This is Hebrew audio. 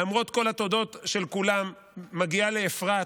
למרות כל התודות של כולם, מגיעה לאפרת